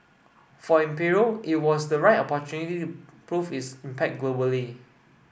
for Imperial it was the right prove its impact globally